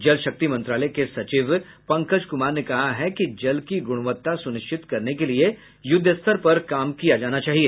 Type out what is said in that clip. जलशक्ति मंत्रालय के सचिव पंकज कुमार ने कहा है कि जल की गुणवत्ता सुनिश्चित करने के लिए युद्धस्तर पर काम किया जाना चाहिए